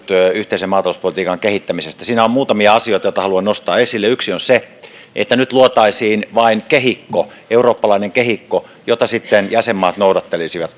yhteisen maatalouspolitiikan kehittämisestä siinä on muutamia asioita joita haluan nostaa esille yksi on se että nyt luotaisiin vain kehikko eurooppalainen kehikko jota sitten jäsenmaat noudattelisivat